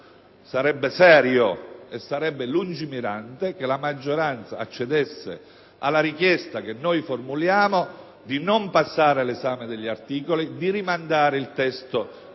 saggio, serio e lungimirante che la maggioranza accedesse alla richiesta che noi formuliamo di non passare all'esame degli articoli, di rimandare il testo